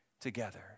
together